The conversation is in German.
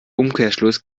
umkehrschluss